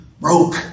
broke